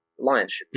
Lions